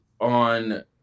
on